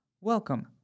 Welcome